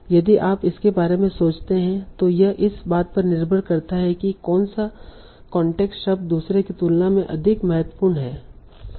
यदि आप इसके बारे में सोचते हैं तो यह इस बात पर निर्भर कर सकता है कि कौन सा कांटेक्स्ट शब्द दूसरे की तुलना में अधिक महत्वपूर्ण है